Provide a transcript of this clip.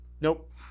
Nope